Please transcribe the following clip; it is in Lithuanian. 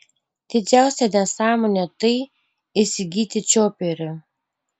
didžiausia nesąmonė tai įsigyti čioperį